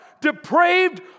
depraved